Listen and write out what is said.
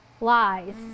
lies